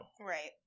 Right